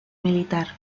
militar